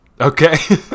Okay